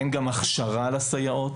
אין גם הכשרה לסייעות,